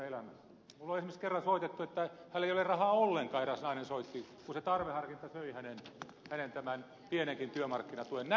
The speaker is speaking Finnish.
minulle esimerkiksi soitti kerran eräs nainen joka sanoi että hänellä ei ole rahaa ollenkaan kun se tarveharkinta söi hänen pienenkin työmarkkinatukensa